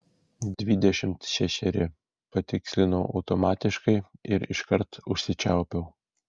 dvidešimt šešeri patikslinau automatiškai ir iškart užsičiaupiau